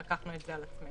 לקחנו את זה על עצמנו.